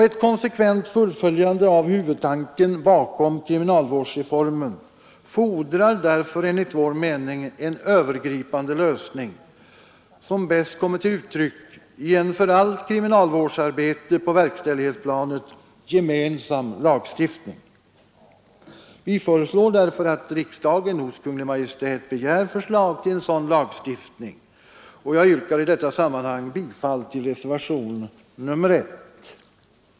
Ett konsekvent fullföljande av huvudtanken bakom kriminalvårdsreformen fordrar därför enligt vår mening en övergripande lösning, som bäst kommer till uttryck i en för allt kriminalvårdsarbete på verkställighetsplanet gemensam lagstiftning. Vi föreslår därför att riksdagen hos Kungl. Maj:t begär förslag till sådan lagstiftning, och jag yrkar i detta sammanhang bifall till reservationen 1.